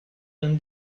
than